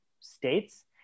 states